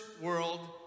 world